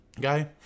guy